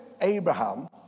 Abraham